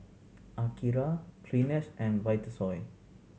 Akira Kleenex and Vitasoy